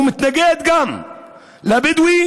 מתנגד גם שהבדואי